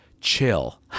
chill